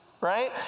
right